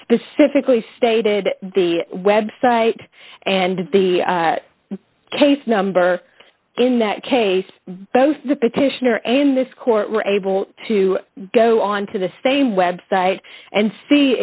specifically stated the website and the case number in that case both the petitioner and this court were able to go on to the same website and see